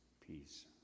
peace